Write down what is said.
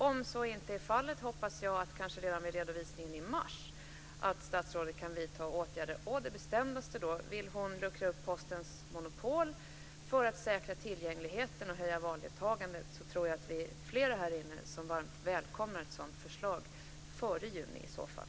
Om så inte är fallet hoppas jag att statsrådet redan vid redovisningen i mars kan vidta åtgärder. Vill hon luckra upp Postens monopol för att säkra tillgängligheten och höja valdeltagandet är det nog flera här i kammaren som varmt välkomnar ett sådant förslag - i så fall före juni.